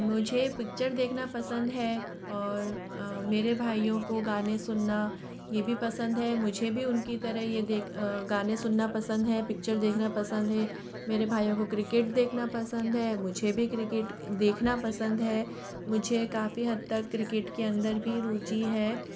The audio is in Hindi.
मुझे पिक्चर देखना पसंद है और मेरे भाइयों को गाने सुनना ये भी पसंद है मुझे भी उनकी तरह ये देख गाने सुनना पसंद है पिक्चर देखना पसंद है मेरे भाइयों को क्रिकेट देखना पसंद है मुझे भी क्रिकेट देखना पसंद है मुझे काफ़ी हद तक क्रिकेट के अंदर भी रुचि है